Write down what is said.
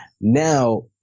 now